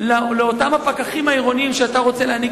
לאותם פקחים עירוניים שאתה רוצה להעניק